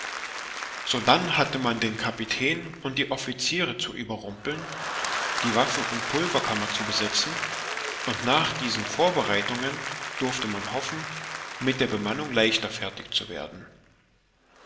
sodann hatte man den kapitän und die offiziere zu überrumpeln die waffen und pulverkammer zu besetzen und nach diesen vorbereitungen durfte man hoffen mit der bemannung leichter fertig zu werden